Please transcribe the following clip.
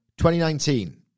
2019